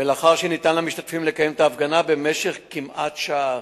ולאחר שניתן למשתתפים לקיים את ההפגנה במשך כמעט שעה.